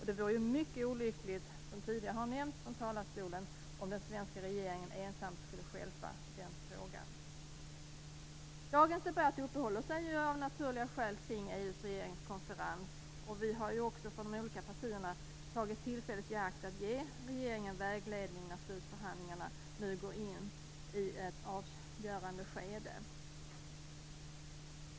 Det vore mycket olyckligt, som tidigare har nämnts, om den svenska regeringen ensam skulle stjälpa den frågan. Dagens debatt uppehåller sig av naturliga skäl kring EU:s regeringskonferens. Vi har också från de olika partierna tagit tillfället i akt att ge regeringen vägledning när slutförhandlingarna nu går in i ett avgörande skede.